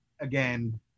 again